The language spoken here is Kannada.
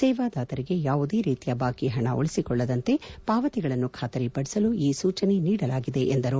ಸೇವಾದಾತರಿಗೆ ಯಾವುದೇ ರೀತಿಯ ಬಾಕಿ ಹಣ ಉಳಿಸಿಕೊಳ್ಳದಂತೆ ಪಾವತಿಗಳನ್ನು ಖಾತರಿ ಪದಿಸಲು ಈ ಸೂಚನೆ ನೀಡಲಾಗಿದೆ ಎಂದರು